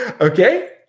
Okay